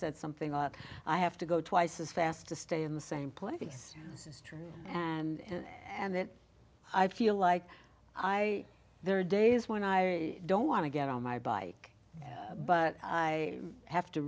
said something like i have to go twice as fast to stay in the same place this is true and and that i feel like i there are days when i don't want to get on my bike but i have to